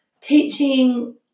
teaching